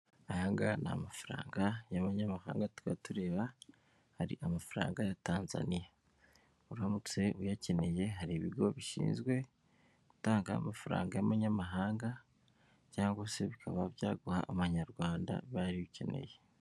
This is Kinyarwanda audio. Aya ngaya ni amafaranga y'abanyamahanga tukaba tureba hari amafaranga ya Tanzaniya, uramutse uyakeneye hari ibigo bishinzwe gutanga amafaranga y'abanyamahanga cyangwa se bikaba byaguha amanyarwanda ubaye ari yo ukeneye.